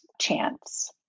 chance